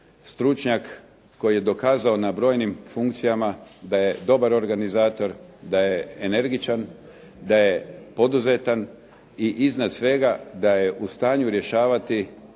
Stručnjak koji je dokazao na brojnim funkcijama da je dobar organizator, da je energičan, da je poduzetan i iznad svega da je u stanju rješavati ključne